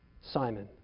Simon